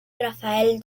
rafael